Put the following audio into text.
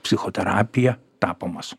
psichoterapija tapomas